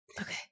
okay